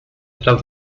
tras